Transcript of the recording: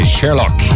Sherlock